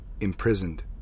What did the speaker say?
imprisoned